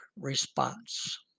response